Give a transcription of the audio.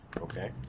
Okay